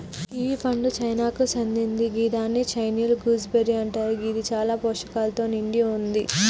kiwi పండు చైనాకు సేందింది గిదాన్ని చైనీయుల గూస్బెర్రీ అంటరు గిది చాలా పోషకాలతో నిండి వుంది